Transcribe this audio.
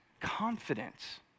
confidence